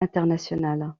internationale